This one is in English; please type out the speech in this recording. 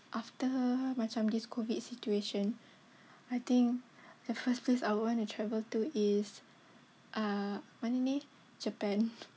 after macam this COVID situation I think the first place I want to travel to is uh mana ni Japan